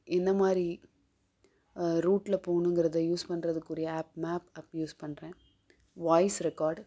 எந்த மாதிரி ரூட்டில் போகணுங்கறத யூஸ் பண்ணுறத்துக்குரிய ஆப் மேப் ஆப் யூஸ் பண்ணுறேன் வாய்ஸ் ரெக்கார்ட்